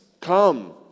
come